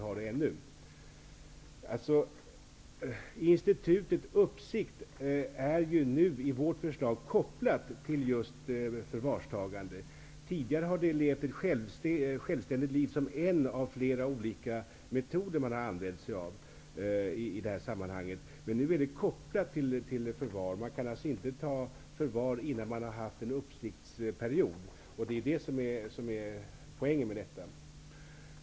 Uppsiktsinstitutet är i vårt förslag kopplat till just förvarstagandet. Tidigare har detta institut levt ett självständigt liv. Det har varit fråga om en av flera olika metoder som man använt sig av i det här sammanhanget. Men nu är det här kopplat till förvar. Man kan alltså inte ta i förvar innan det varit en uppsiktsperiod. Det är det som är poängen här.